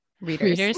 Readers